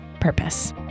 Purpose